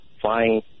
flying